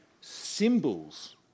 symbols